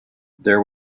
there